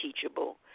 teachable